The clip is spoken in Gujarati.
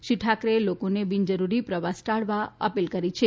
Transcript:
શ્રી ઠાકરેએ લોકોને બિન જરૂરી પ્રવાસ ટાળવા અપીલ કરી છે